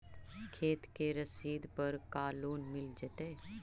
खेत के रसिद पर का लोन मिल जइतै?